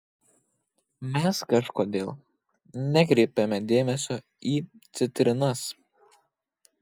mes kažkodėl nekreipiame dėmesio į citrinas